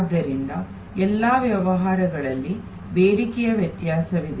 ಆದ್ದರಿಂದ ಎಲ್ಲಾ ವ್ಯವಹಾರಗಳಲ್ಲಿ ಬೇಡಿಕೆಯ ವ್ಯತ್ಯಾಸವಿದೆ